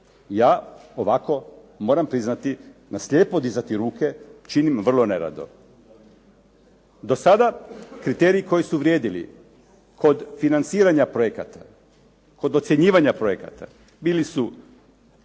Ja ovako moram priznati na slijepo dizati ruke činim vrlo nerado. Do sada kriteriji koji su vrijedili kod financiranja projekata, kod ocjenjivanja projekata bili su